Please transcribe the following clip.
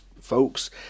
folks